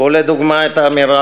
קחו לדוגמה את האמירה,